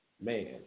man